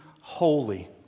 holy